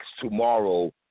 tomorrow